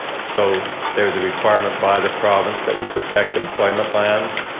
so there is a requirement by the province that we protect employment lands.